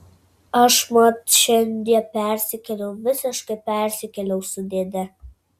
aš mat šiandie persikėliau visiškai persikėliau su dėde